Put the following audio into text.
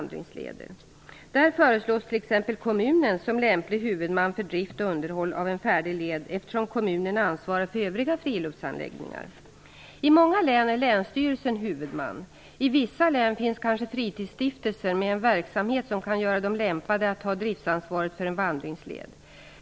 Där föreslås t.ex. kommunen som lämplig huvudman för drift och underhåll av en färdig led, eftersom kommunen ansvarar för övriga friluftsanläggningar. I många län är länsstyrelsen huvudman. I vissa län finns kanske fritidsstiftelser med en verksamhet som kan göra dem lämpade att ta driftsansvaret för en vandringsled.